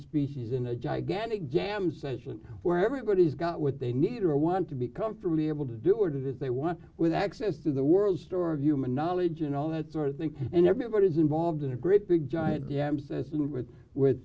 species in a gigantic jam session where everybody's got what they need or want to become truly able to do it is they want with access to the world store of human knowledge and all that sort of thing and everybody is involved in a great big giant yams and with with